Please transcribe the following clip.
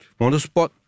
Motorsport